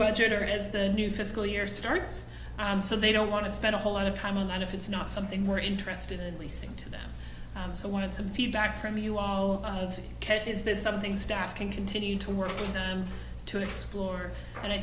budgeter as the new fiscal year starts and so they don't want to spend a whole lot of time on that if it's not something we're interested in leasing to them and so i wanted some feedback from you our cat is this something staff can continue to work with them to explore and i